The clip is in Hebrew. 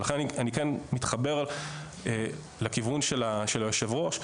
ולכן אני כן מתחבר לכיוון של היושב ראש,